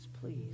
please